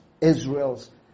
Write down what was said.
israel's